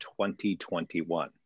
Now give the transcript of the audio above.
2021